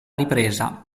ripresa